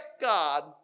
God